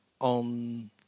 on